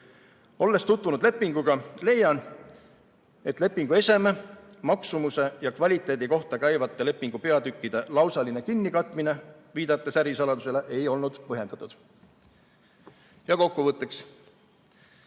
Olles tutvunud lepinguga, leian, et lepingu eseme, maksumuse ja kvaliteedi kohta käivate lepingupeatükkide lausaline kinnikatmine, viidates ärisaladusele, ei olnud põhjendatud. Kokkuvõtteks.